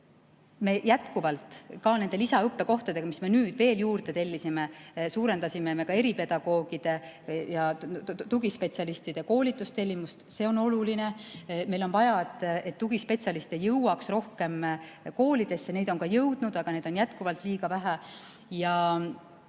Me jätkuvalt ka nende lisaõppekohtadega, mis me nüüd veel juurde tellisime, suurendasime eripedagoogide ja tugispetsialistide koolituse tellimust. See on oluline. Meil on vaja, et tugispetsialiste jõuaks rohkem koolidesse, neid on ka jõudnud, aga neid on jätkuvalt liiga vähe.